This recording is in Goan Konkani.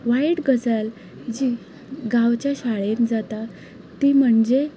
वायट गजाल जी गांवच्या शाळेन जाता ती म्हणजे